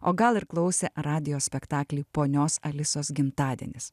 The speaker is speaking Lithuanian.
o gal ir klausė radijo spektaklį ponios alisos gimtadienis